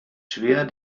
schwer